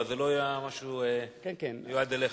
אז זה לא היה משהו שמיועד אליך,